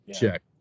Check